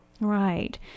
Right